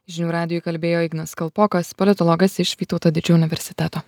žinių radijui kalbėjo ignas kalpokas politologas iš vytauto didžiojo universiteto